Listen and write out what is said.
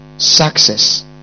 success